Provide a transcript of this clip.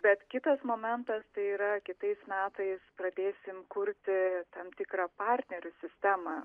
bet kitas momentas tai yra kitais metais pradėsim kurti tam tikrą partnerių sistemą